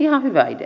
ihan hyvä idea